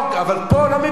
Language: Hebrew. אבל פה לא מבינים.